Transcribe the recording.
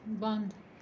بنٛد